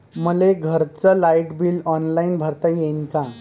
मले घरचं light bill online भरता येईन का?